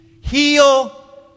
heal